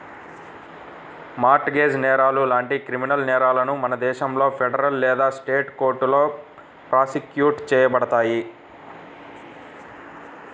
mart gauge నేరాలు లాంటి criminal నేరాలను మన దేశంలో ఫెడరల్ లేదా స్టేట్ కోర్టులో ప్రాసిక్యూట్ చేయబడతాయి